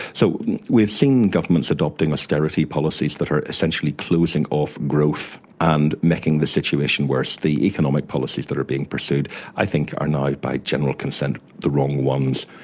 so we've seen governments adopting austerity policies that are essentially closing off growth and making the situation worse. the economic policies that are being pursued i think are now, by general consent, the wrong ones.